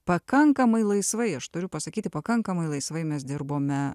pakankamai laisvai aš turiu pasakyti pakankamai laisvai mes dirbome